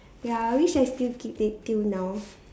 ya I wish I still keep it till now